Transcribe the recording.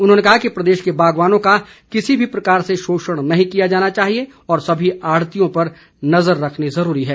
उन्होंने कहा है कि प्रदेश के बागवानों का किसी भी प्रकार से शोषण नहीं किया जाना चाहिए और सभी आड़तियों पर नज़र रखनी जरूरी है